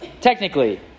technically